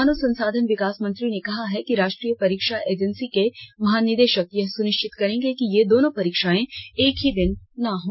मानव संसाधन विकास मंत्री ने कहा है कि राष्ट्रीय परीक्षा एजेंसी के महानिदेशक यह सुनिश्चित करेंगे कि ये दोनों परीक्षाएं एक ही दिन न हों